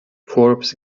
forbes